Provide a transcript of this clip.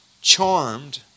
charmed